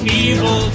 evil